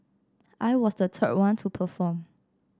I was the third one to perform